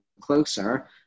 closer